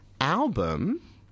album